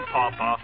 papa